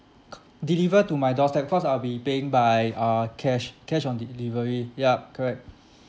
c~ deliver to my doorstep cause I'll be paying by uh cash cash on delivery yup correct